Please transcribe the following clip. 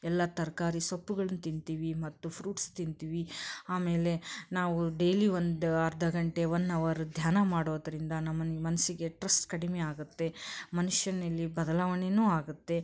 ಎಲ್ಲ ತರಕಾರಿ ಸೊಪ್ಪುಗಳನ್ನು ತಿಂತೀವಿ ಮತ್ತು ಫ್ರೂಟ್ಸ್ ತಿಂತೀವಿ ಆಮೇಲೆ ನಾವು ಡೈಲಿ ಒಂದು ಅರ್ಧ ಗಂಟೆ ಒನ್ ಅವರ್ ಧ್ಯಾನ ಮಾಡೋದರಿಂದ ನಮ್ಮ ಮನಸ್ಸಿಗೆ ಟ್ರಸ್ ಕಡಿಮೆ ಆಗುತ್ತೆ ಮನ್ಷ್ಯನಲ್ಲಿ ಬದಲಾವಣೆನೂ ಆಗುತ್ತೆ